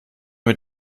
mit